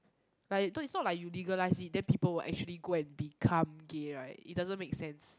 but no it's not like you legalize it then people will actually go and become gay right it doesn't make sense